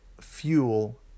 fuel